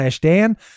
Dan